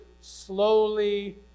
slowly